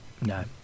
No